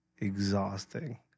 exhausting